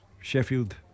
Sheffield